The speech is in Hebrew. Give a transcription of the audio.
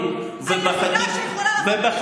הדבר היחיד שקובע הוא מצע